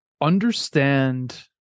Understand